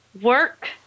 work